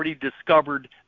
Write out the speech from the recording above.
discovered